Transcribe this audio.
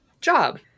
job